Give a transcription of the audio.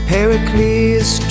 Pericles